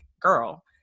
girl